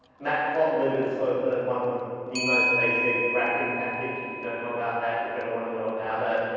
matplotlib is sort so of the, one of the the most basic graphing package if you don't know about that you're going to want to know about it.